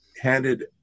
handed